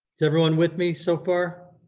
is everyone with me so far?